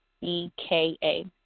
E-K-A